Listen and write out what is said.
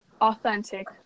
authentic